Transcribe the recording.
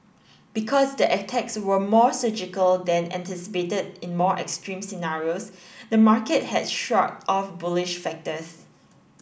because the attacks were more surgical than anticipated in more extreme scenarios the market has shrugged off bullish factors